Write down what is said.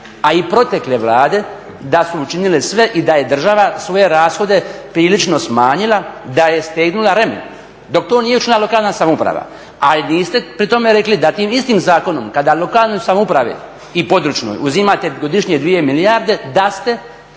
a i protekle Vlade da su učinile sve i da je država svoje rashode prilično smanjila, da je stegnula remen. Dok to nije učinila lokalna samouprava, ali niste pri tome rekli da tim istim zakonom kada lokanoj samoupravi i područnoj uzimate godišnje 2 milijarde, da ste